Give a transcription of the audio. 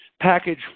package